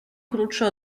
krótsza